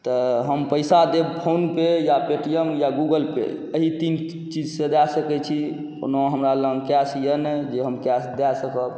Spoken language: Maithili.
तऽ हम पइसा देब फोनपे या पेटीएम या गूगलपे एहि तीन चीजसँ दऽ सकै छी कोनो हमरालग कैश अइ नहि जे हम कैश दऽ सकब